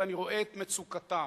ואני רואה את מצוקתם.